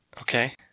Okay